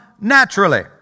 naturally